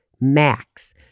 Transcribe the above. max